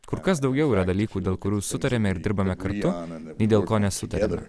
kur kas daugiau yra dalykų dėl kurių sutariame ir dirbame kartu nei dėl ko nesutariame